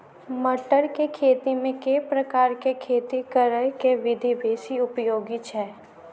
मटर केँ खेती मे केँ प्रकार केँ खेती करऽ केँ विधि बेसी उपयोगी छै?